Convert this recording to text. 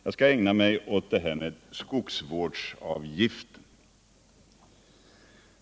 Jag skall ägna mig åt frågan om skogsvårdsavgifter.